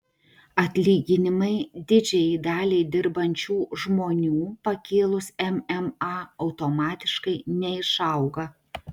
atlyginimai didžiajai daliai dirbančių žmonių pakėlus mma automatiškai neišauga